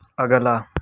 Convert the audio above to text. अगला